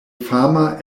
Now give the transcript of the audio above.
fama